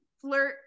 flirt